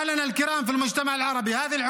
(אומר דברים בשפה הערבית:) אדוני